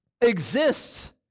exists